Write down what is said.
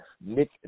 Nick